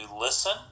listen